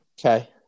Okay